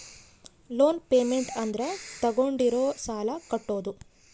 loan payment ಅಂದ್ರ ತಾಗೊಂಡಿರೋ ಸಾಲ ಕಟ್ಟೋದು